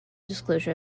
disclosure